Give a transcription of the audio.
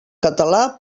català